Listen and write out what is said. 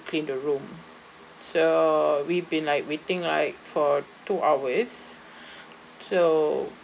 clean the room so we've been like waiting like for two hours so